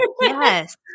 Yes